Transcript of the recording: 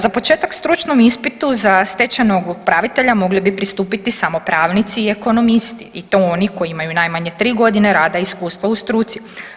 Za početak stručnom ispitu za stečajnog upravitelja mogli bi pristupiti samo pravnici i ekonomisti i to oni koji imaju najmanje tri godine rada i iskustva u struci.